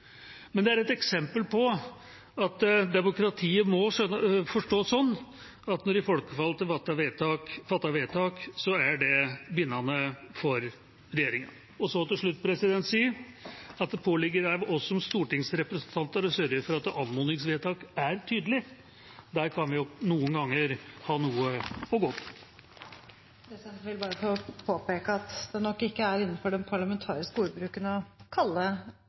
Men det er et eksempel på at demokratiet må forstås sånn at når de folkevalgte fatter vedtak, er det bindende for regjeringa. Så til slutt vil jeg si at det påligger oss som stortingsrepresentanter å sørge for at anmodningsvedtak er tydelige. Der kan vi noen ganger ha noe å gå på. Presidenten vil bare få påpeke at det nok ikke er innenfor den parlamentariske ordbruken å kalle